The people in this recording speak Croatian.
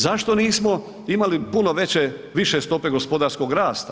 Zašto nismo imali puno više stope gospodarskog rasta?